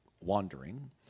wandering